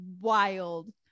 wild